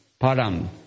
Param